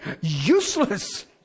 Useless